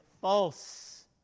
false